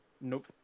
Nope